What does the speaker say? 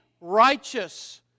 righteous